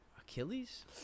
Achilles